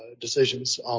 decisions